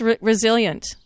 resilient